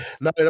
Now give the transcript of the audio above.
No